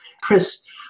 Chris